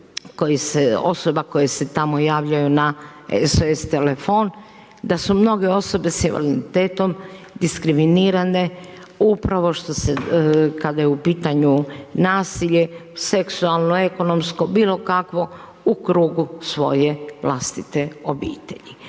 koje se tamo javljaju na SOS telefon, da su mnoge osobe s invaliditetom diskriminirano upravo što se kada je u pitanju nasilje, seksualno, ekonomsko, bilo kakvo, u krugu svoje vlastiti obitelji,